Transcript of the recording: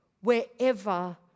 wherever